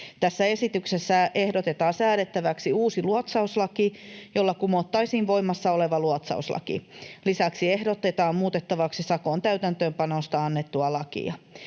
Tässä esityksessä ehdotetaan säädettäväksi uusi luotsauslaki, jolla kumottaisiin voimassa oleva luotsauslaki. Lisäksi ehdotetaan muutettavaksi sakon täytäntöönpanosta annettua lakia.